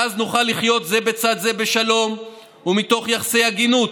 ואז נוכל "לחיות זה בצד זה בשלום ומתוך יחסי הגינות.